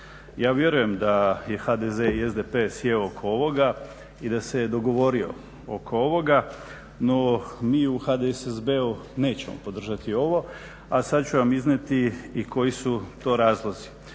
Ja vjerujem da je HDZ i SDP sjeo oko ovoga i da se dogovorio oko ovoga, no mi u HDSSB-u nećemo podržati, a sad ću vam iznijeti i koji su to razlozi.